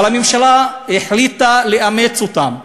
אבל הממשלה החליטה לאמץ אותן.